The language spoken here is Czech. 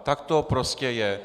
Tak to prostě je.